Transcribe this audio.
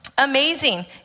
Amazing